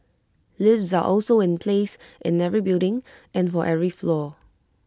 lifts are also in place in every building and for every floor